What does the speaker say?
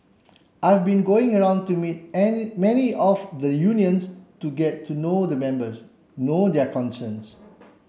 I've been going around to meet many of the unions to get to know the members know their concerns